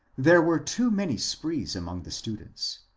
there were too many sprees among the students,